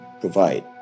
provide